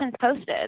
posted